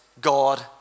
God